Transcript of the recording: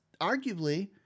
arguably